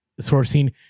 sourcing